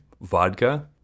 vodka